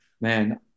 Man